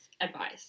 advice